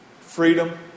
freedom